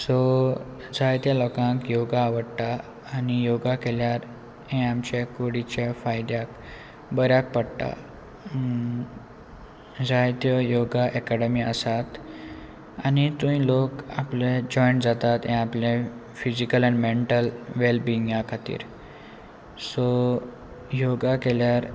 so जाय त्या लोकांक योगा आवडटा आनी योगा केल्यार हें आमच्या कुडीच्या फायद्याक बऱ्याक पडटा जायत्यो योगा एकाडमी आसात आनी थूंय लोक आपले जॉयण जातात हें आपलें फिजिकल आनी मँटल वॅलबिंगां खातीर सो योगा केल्यार